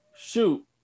shoot